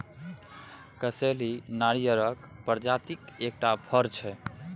कसैली नारियरक प्रजातिक एकटा फर छै